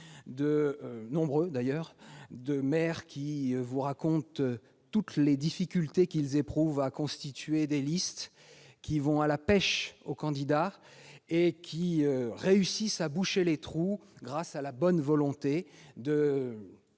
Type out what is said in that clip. de nombreux maires lui raconter toutes les difficultés qu'ils éprouvent à constituer des listes. Ils vont à la pêche aux candidats et réussissent à boucher les trous grâce à la bonne volonté de